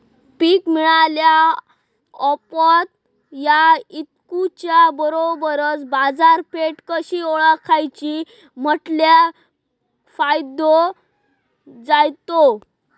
पीक मिळाल्या ऑप्रात ता इकुच्या बरोबर बाजारपेठ कशी ओळखाची म्हटल्या फायदो जातलो?